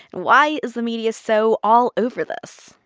why is the media so all over this?